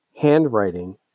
handwriting